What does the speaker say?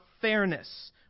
fairness